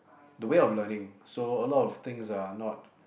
the way of learning so a lot of things are not